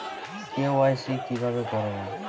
KYC কিভাবে করব?